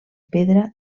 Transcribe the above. pedra